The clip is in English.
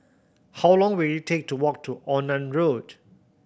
how long will it take to walk to Onan Road